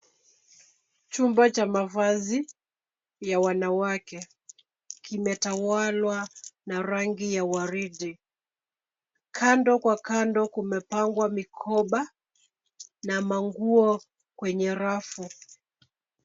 Chumba cha mavazi ya wanawake kimetawalwa na rangi ya waridi. Kando kwa kando kumepangwa mikoba na manguo kwenye rafu.